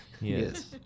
Yes